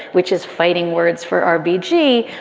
which is fighting words for r b g.